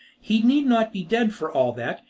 he need not be dead for all that,